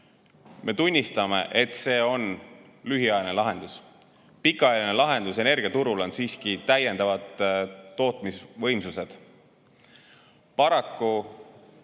me tunnistame –, on lühiajaline lahendus. Pikaajaline lahendus energiaturul on siiski täiendavad tootmisvõimsused. Paraku